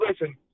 listen